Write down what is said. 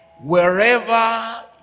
Wherever